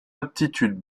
aptitudes